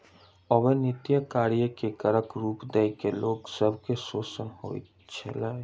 अवेत्निया कार्य के करक रूप दय के लोक सब के शोषण होइत छल